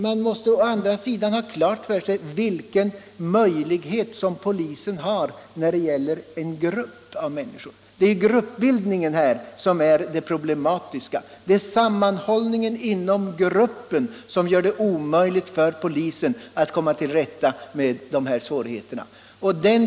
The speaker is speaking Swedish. Man måste ha klart för sig vilken möjlighet som polisen har att ingripa mot en grupp av människor. Det är gruppbildningen som är det problematiska. Det är sammanhållningen inom gruppen som gör det omöjligt för polisen att komma till rätta med dessa svårigheter.